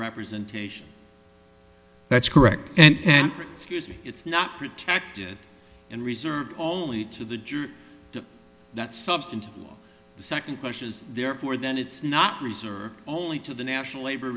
representation that's correct and it's not protected and reserved only to the jews that substance the second question is therefore that it's not reserved only to the national labor